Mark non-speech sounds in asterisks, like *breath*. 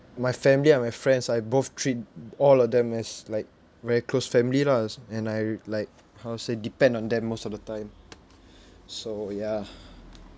my family and my friends I both treat all of them as like very close family lah s~ and I like how to say depend on them most of the time *breath* so ya